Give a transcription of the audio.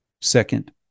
second